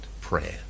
prayer